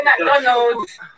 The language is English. McDonald's